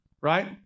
right